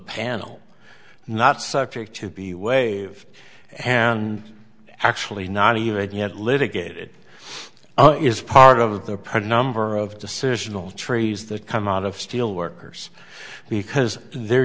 panel not subject to be wave and actually not evade yet litigated is part of the part number of decisional trees that come out of steel workers because the